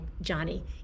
Johnny